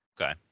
okay